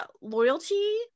loyalty